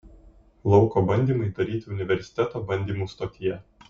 lauko bandymai daryti universiteto bandymų stotyje